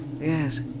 Yes